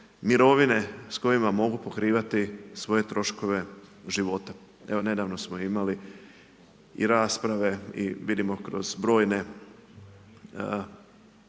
mirovine s kojima mogu pokrivati svoje troškove života. Evo nedavno smo imali i rasprave i vidimo kroz brojne